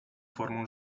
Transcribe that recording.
formą